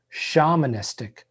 shamanistic